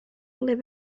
live